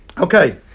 Okay